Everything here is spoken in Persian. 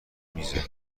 میزه